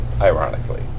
Ironically